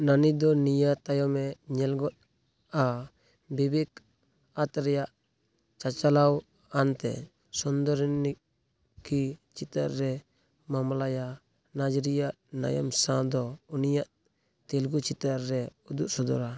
ᱱᱟᱱᱤ ᱫᱚ ᱱᱤᱭᱟᱹ ᱛᱟᱭᱚᱢᱮ ᱧᱮᱞᱜᱚᱫ ᱟ ᱵᱤᱵᱮᱠ ᱟᱛᱨᱮᱭᱟᱜ ᱪᱟᱼᱪᱟᱞᱟᱣ ᱟᱱᱛᱮ ᱥᱩᱱᱫᱚᱨᱤᱱᱤᱠᱤ ᱪᱤᱛᱟᱹᱨ ᱨᱮ ᱢᱟᱢᱞᱟᱭᱟ ᱱᱟᱡᱽ ᱨᱮᱭᱟᱜ ᱱᱟᱭᱤᱢ ᱥᱟᱶ ᱫᱚ ᱩᱱᱤᱭᱟᱜ ᱛᱮᱞᱜᱩ ᱪᱤᱛᱟᱹᱨ ᱨᱮ ᱩᱫᱩᱜ ᱥᱚᱫᱚᱨᱟ